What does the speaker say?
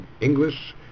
English